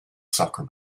soccer